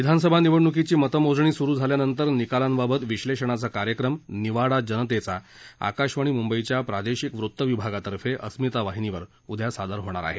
विधानसभा निवडणुकीची मतमोजणी सुरु झाल्यानंतर निकालांबाबत विश्लेषणाचा कार्यक्रम निवाडा जनतेचा आकाशवाणी मुंबईच्या प्रादेशिक वृत्तविभागातर्फे अस्मिता वाहिनीवर सादर होणार आहे